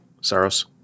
Saros